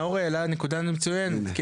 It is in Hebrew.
נאור העלה נקודה מצוינת,